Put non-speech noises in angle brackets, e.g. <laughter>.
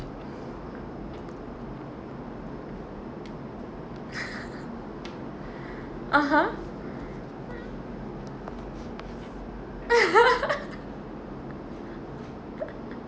<laughs> (uh huh) <laughs>